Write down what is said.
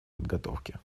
подготовки